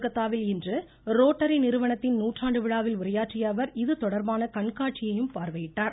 கொல்கத்தாவில் இன்று ரோட்டரி நிறுவனத்தின் நூற்றாண்டு விழாவில் உரையாற்றியஅவர் இது தொடர்பான கண்காட்சியையும் பார்வையிட்டார்